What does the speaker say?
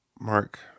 Mark